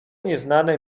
nieznane